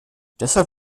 deshalb